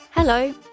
Hello